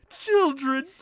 children